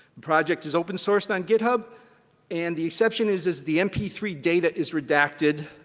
project is open sourced on github and the exception is is the m p three data is redacted,